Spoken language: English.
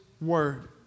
word